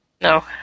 No